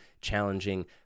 challenging